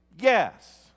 yes